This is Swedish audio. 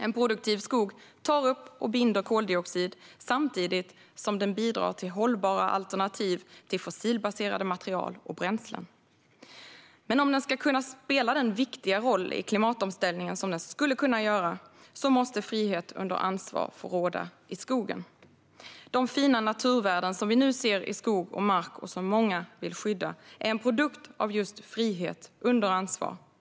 En produktiv skog tar upp och binder koldioxid samtidigt som den bidrar till hållbara alternativ till fossilbaserade material och bränslen. Ska skogen spela den viktiga roll i klimatomställningen som den skulle kunna göra måste dock frihet under ansvar få råda i den. De fina naturvärden vi nu ser i skog och mark, och som många vill skydda, är en produkt av just frihet under ansvar.